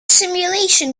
simulation